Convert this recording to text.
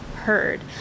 heard